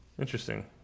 Interesting